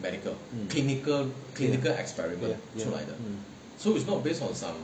mm mm ya ya mm